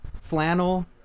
flannel